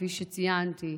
כפי שציינתי,